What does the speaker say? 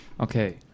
Okay